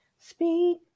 Speak